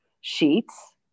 sheets